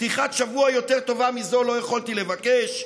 פתיחת שבוע יותר טובה מזו לא יכולתי לבקש,